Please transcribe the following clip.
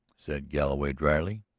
said galloway dryly,